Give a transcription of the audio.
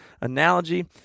analogy